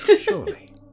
surely